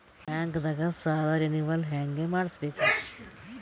ಬ್ಯಾಂಕ್ದಾಗ ಸಾಲ ರೇನೆವಲ್ ಹೆಂಗ್ ಮಾಡ್ಸಬೇಕರಿ?